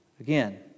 Again